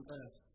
earth